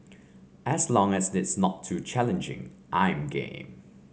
as long as it's not too challenging I'm game